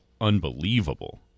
unbelievable